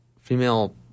Female –